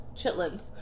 chitlins